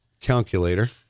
calculator